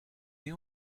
you